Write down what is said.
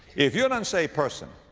if you're an unsaved person,